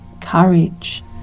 courage